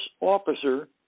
officer